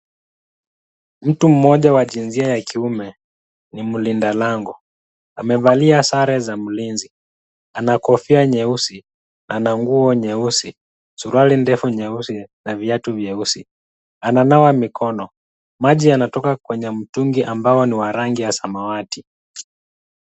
Mtu mmoja wa jinsia ya kiume, ni mlinda lango. Amevalia sare za mlinzi. Ana kofia nyeusi, ana nguo nyeusi, suruali ndefu nyeusi na viatu vyeusi. Ananawa mikono. Maji yanatoka kwenye mtungi ambao ni wa rangi ya samawati.